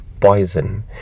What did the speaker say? poison